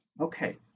okay